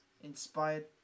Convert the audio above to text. inspired